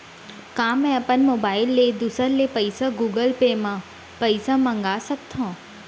का मैं अपन मोबाइल ले दूसर ले पइसा गूगल पे म पइसा मंगा सकथव?